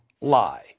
lie